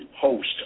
host